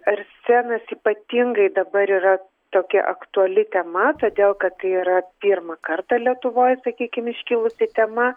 arsenas ypatingai dabar yra tokia aktuali tema todėl kad tai yra pirmą kartą lietuvoj sakykim iškilusi tema